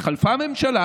התחלפה ממשלה